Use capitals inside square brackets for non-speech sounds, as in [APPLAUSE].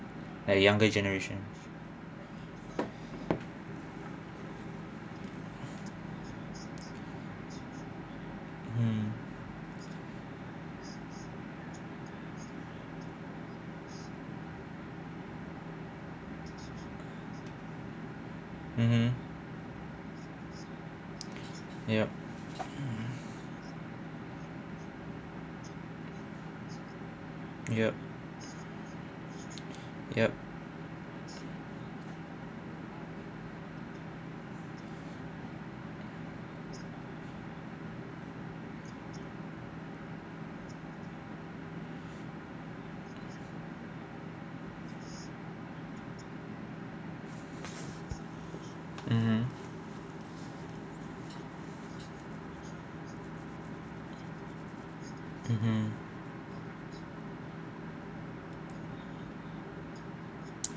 like younger generation mm mmhmm yup [BREATH] yup yup mmhmm mmhmm